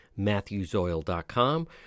matthewsoil.com